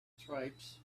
stripes